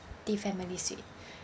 the family suite